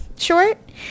short